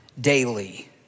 daily